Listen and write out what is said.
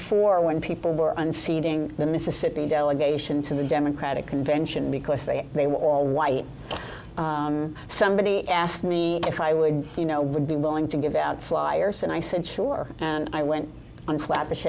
four when people unseating the mississippi delegation to the democratic convention because they they were all white somebody asked me if i would you know would be willing to give out flyers and i said sure and i went on flatbush